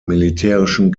militärischen